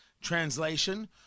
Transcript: Translation